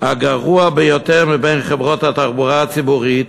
הגרוע ביותר מבין חברות התחבורה הציבורית,